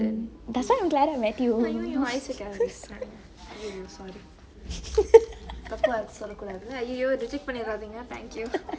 that's why I'm glad I met you